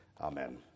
Amen